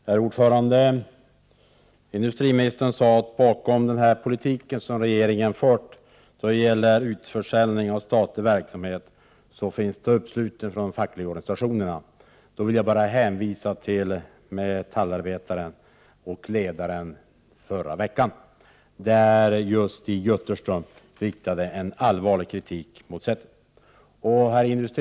Herr talman! Industriministern sade att det bakom den politik som regeringen har fört när det gäller utförsäljning av statlig verksamhet finns en uppslutning från de fackliga organisationerna. Jag vill då bara hänvisa till Metallarbetarens ledare i förra veckan, där Stig Jutterström riktar allvarlig kritik mot det som har skett.